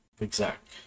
exact